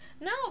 no